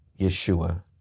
Yeshua